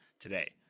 today